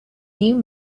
new